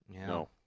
No